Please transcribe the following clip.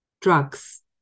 drugs